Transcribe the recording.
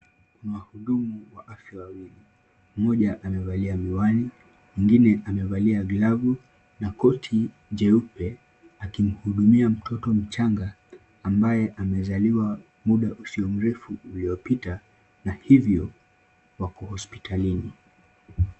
Wahudumu wa afya wawili. Mmoja amevalia miwani, mwingine amevalia glavu na koti jeupe akimhudumia mtoto mchanga ambaye amezaliwa muda usio mrefu uliopita na hivyo wako hospitalini.